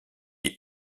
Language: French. est